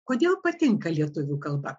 kodėl patinka lietuvių kalba